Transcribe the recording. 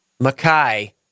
Makai